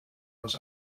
aus